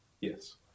Yes